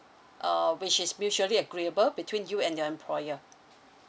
uh which is mutually agreeable between you and your employer